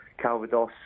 Calvados